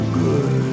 good